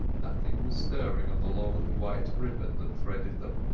nothing was stirring on the long white ribbon that threaded them.